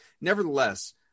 Nevertheless